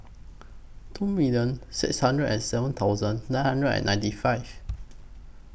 two million six hundred and seven thousand nine hundred and ninety five